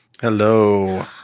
hello